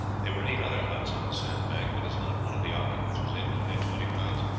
there were eight other huts on the sandbank, but as not one of the occupants was able to pay twenty pounds,